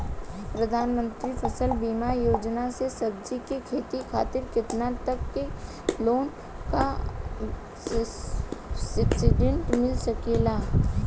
प्रधानमंत्री फसल बीमा योजना से सब्जी के खेती खातिर केतना तक के लोन आ सब्सिडी मिल सकेला?